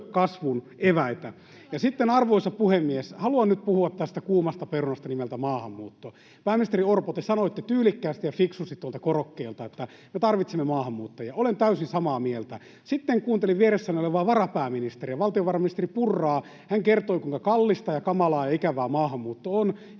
arvoisa puhemies, haluan nyt puhua tästä kuumasta perunasta nimeltä maahanmuutto. Pääministeri Orpo, te sanoitte tyylikkäästi ja fiksusti tuolta korokkeelta, että me tarvitsemme maahanmuuttajia. Olen täysin samaa mieltä. Sitten kuuntelin vieressänne olevaa varapääministeriä, valtiovarainministeri Purraa. Hän kertoi, kuinka kallista ja kamalaa ja ikävää maahanmuutto on.